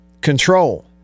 control